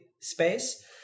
space